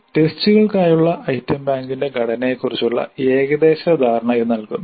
ടെസ്റ്റുകൾക്കായുള്ള item ബാങ്കിന്റെ ഘടനയെക്കുറിച്ചുള്ള ഏകദേശ ധാരണ ഇത് നൽകുന്നു